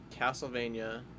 Castlevania